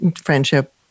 friendship